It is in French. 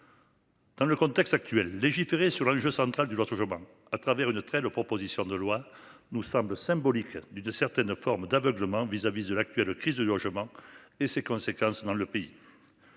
Dans le contexte actuel légiférer sur l'enjeu central de l'autre à travers une très la proposition de loi nous semble symbolique d'une certaine forme d'aveuglement vis-à-vis de l'actuelle crise de logement et ses conséquences dans le pays.